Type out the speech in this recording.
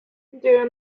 their